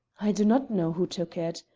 i do not know who took it.